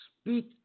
speak